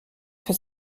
für